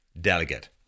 delegate